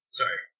sorry